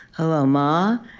hello, ma?